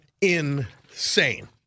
insane